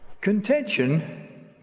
Contention